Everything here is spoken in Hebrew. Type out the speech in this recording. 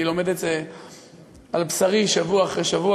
אני לומד את זה על בשרי שבוע אחרי שבוע.